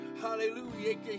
Hallelujah